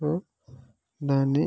so దాన్ని